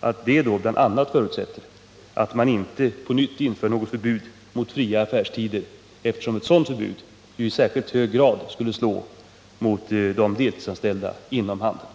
att det då bl.a. förutsätter att man inte på nytt inför något förbud mot fria affärstider, eftersom ett sådant förbud i särskilt hög grad skulle slå mot de deltidsanställda inom handeln.